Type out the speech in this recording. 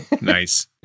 Nice